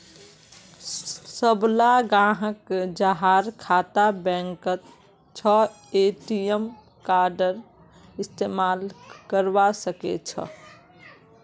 सबला ग्राहक जहार खाता बैंकत छ ए.टी.एम कार्डेर इस्तमाल करवा सके छे